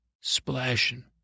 splashing